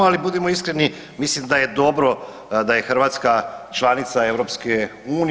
Ali budimo iskreni mislim da je dobro da je Hrvatska članica EU.